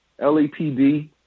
LAPD